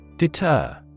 Deter